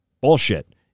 Bullshit